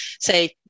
say